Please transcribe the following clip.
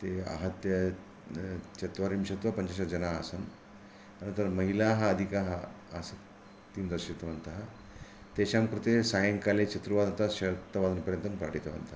ते आहत्य चत्वारिंशत् वा पञ्चाशत् जनाः आसन् अनन्तरं महिलाः अधिकाः आसीत् ते उशितवन्तः तेषां कृते सायङ्काले चतुर्वादनतः सप्तवादनपर्यन्तं पाठितवन्तः